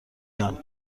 یان